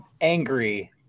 angry